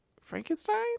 Frankenstein